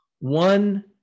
One